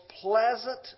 pleasant